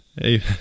Hey